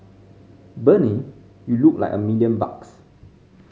Bernie you look like a million bucks